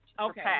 Okay